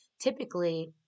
typically